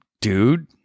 dude